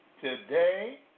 today